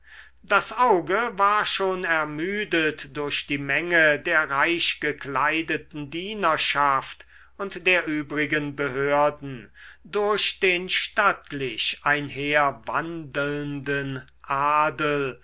das auge war schon ermüdet durch die menge der reichgekleideten dienerschaft und der übrigen behörden durch den stattlich einherwandelnden adel